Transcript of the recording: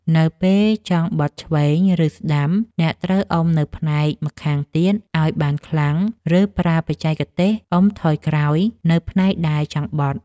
នៅពេលចង់បត់ឆ្វេង ឬស្ដាំ អ្នកត្រូវអុំនៅផ្នែកម្ខាងទៀតឱ្យបានខ្លាំង ឬប្រើបច្ចេកទេសអុំថយក្រោយនៅផ្នែកដែលចង់បត់។